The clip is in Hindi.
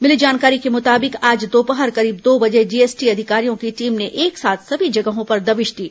मिली जानकारी के मुताबिक आज दोपहर करीब दो बजे जीएसटी अधिकारियों की टीम ने एक साथ सभी जगहों पर दबिश दी